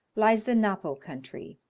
lies the napo country.